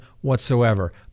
whatsoever